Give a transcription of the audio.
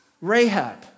Rahab